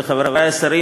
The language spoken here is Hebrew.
וחברי השרים,